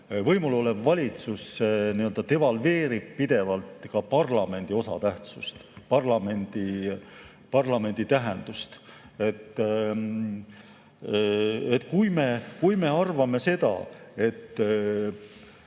võimulolev valitsus nii-öelda devalveerib pidevalt ka parlamendi osatähtsust, parlamendi tähendust. Kui me arvame, et